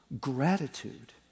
gratitude